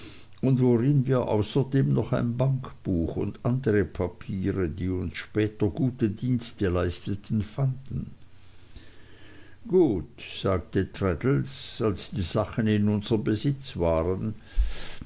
und worin wir außerdem noch ein bankbuch und andere papiere die uns später gute dienste leisteten fanden gut sagte traddles als die sachen in unserm besitz waren